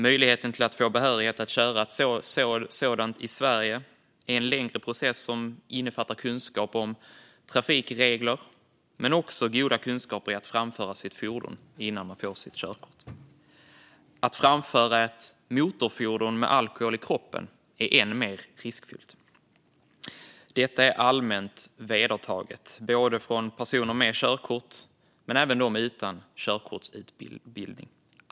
Möjligheten att få behörighet att köra ett sådant i Sverige innebär en längre process som innefattar kunskap om trafikregler men också goda kunskaper i att framföra sitt fordon innan man slutligen får sitt körkort. Att framföra ett motorfordon med alkohol i kroppen är än mer riskfyllt. Detta är allmänt vedertaget bland såväl personer med körkort som bland personer utan körkortsutbildning.